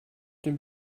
den